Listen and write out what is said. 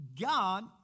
God